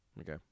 Okay